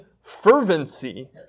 fervency